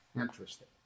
Interesting